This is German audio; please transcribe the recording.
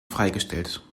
freigestellt